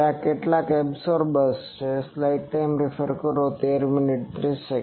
હવે આ કેટલાક આ ઓબ્સર્વરસ છે